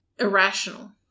irrational